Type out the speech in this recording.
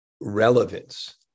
relevance